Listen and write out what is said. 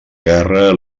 guerra